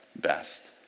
best